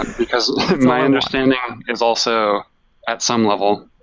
because my understanding is also at some level.